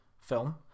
film